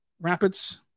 Rapids